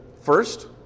first